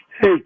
Hey